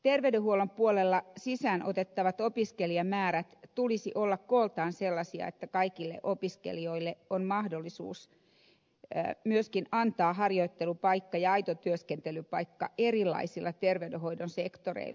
terveydenhuollon puolella sisään otettavien opiskelijamäärien tulisi olla kooltaan sellaisia että kaikille opiskelijoille on mahdollisuus myöskin antaa harjoittelupaikka ja aito työskentelypaikka erilaisilla terveydenhoidon sektoreilla